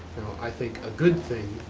i think a good thing,